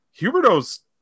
Huberto's